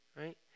right